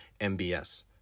MBS